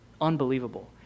Unbelievable